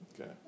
Okay